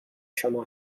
شما